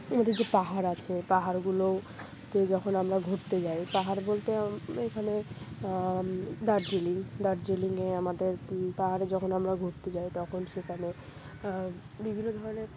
আমাদের যে পাহাড় আছে পাহাড়গুলোতে যখন আমরা ঘুরতে যাই পাহাড় বলতে এখানে দার্জিলিং দার্জিলিংয়ে আমাদের পাহাড়ে যখন আমরা ঘুরতে যাই তখন সেখানে বিভিন্ন ধরনের